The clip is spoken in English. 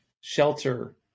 shelter